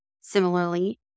Similarly